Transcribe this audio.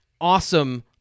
Awesome